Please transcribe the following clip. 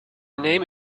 name